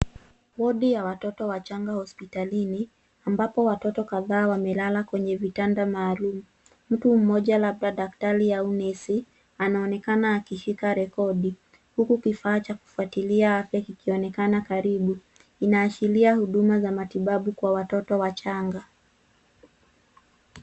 Wodi ya watoto wachanga hospitalini ambapo watoto kadhaa wamelala kwenye vitanda maalum. Mtu mmoja labda daktari au nesi anaonekana akishika rekodi huku kifaa cha kufuatilia afya kikionekana karibu. Inaashiria huduma za matibabu kwa watoto wachanga.